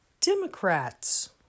democrats